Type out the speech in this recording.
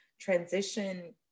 transition